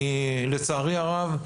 לצערי הרב,